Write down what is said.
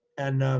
and